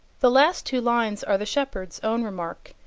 the last two lines are the shepherd's own remark,